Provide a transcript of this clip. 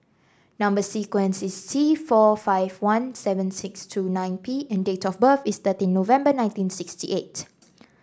number sequence is T four five one seven six two nine P and date of birth is thirteen November nineteen sixty eight